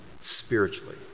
spiritually